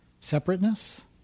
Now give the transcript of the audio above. separateness